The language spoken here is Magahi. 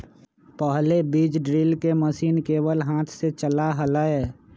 पहले बीज ड्रिल के मशीन केवल हाथ से चला हलय